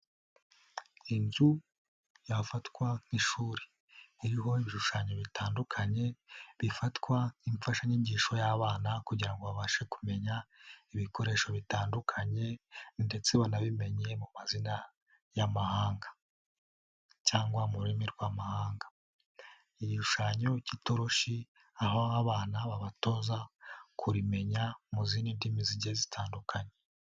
Inzu yafatwa nk'ishuri. Iriho ibishushanyo bitandukanye bifatwa nk'imfashanyigisho y'abana kugira ngo babashe kumenya ibikoresho bitandukanye ndetse banabimenye mu mazina y'amahanga cyangwa mu rurimi rw'amahanga. Igishushanyo k'itoroshi, aho abana babatoza kurimenya mu zindi ndimi zigiye zitandukanye.